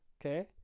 Okay